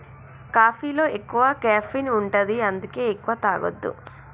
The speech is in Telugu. కాఫీలో ఎక్కువ కెఫీన్ ఉంటది అందుకే ఎక్కువ తాగొద్దు